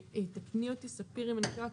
תקני אותי ספיר אם אני טועה,